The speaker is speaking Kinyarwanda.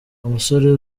umusore